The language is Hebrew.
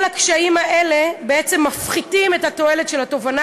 כל הקשיים האלה בעצם מפחיתים את התועלת של התובענה